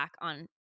on